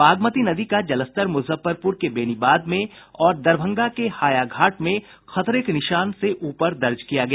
बागमती नदी का जलस्तर मुजफ्फरपुर के बेनीबाद में और दरभंगा के हायाघाट में खतरे के निशान से ऊपर दर्ज किया गया